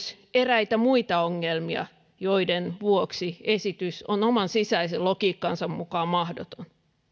eräitä muita ongelmia joiden vuoksi esitys on oman sisäisen logiikkansa mukaan mahdoton